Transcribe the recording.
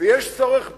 ויש צורך ב',